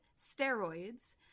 steroids